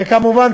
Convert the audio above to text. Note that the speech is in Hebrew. וכמובן,